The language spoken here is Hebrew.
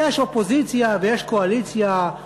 יש אופוזיציה ויש קואליציה,